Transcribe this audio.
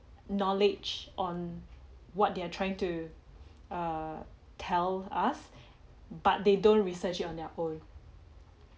knowledge on what they are trying to err tell us but they don't research it on their own